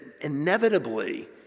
inevitably